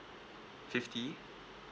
fifty